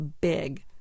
big